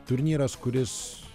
turnyras kuris